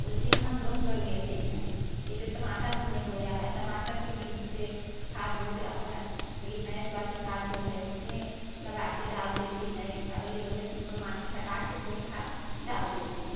उसी में हम लोग कर लेते हैं ये जो टमाटर हमने बोया है टमाटर के भी उस पर खाद ओद अपना क्योंकि भैंस वाली खाद जो है उसमें लगा कर डाल देते हैं अगली बगली से मतलब माटी हटा कर उसमें खाद डाल देते हैं